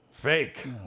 Fake